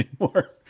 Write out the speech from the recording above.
anymore